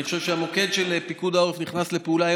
אני חושב שהמוקד של פיקוד העורף נכנס לפעולה,